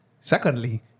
Secondly